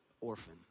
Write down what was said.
orphan